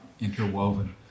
interwoven